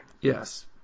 Yes